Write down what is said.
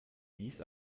dies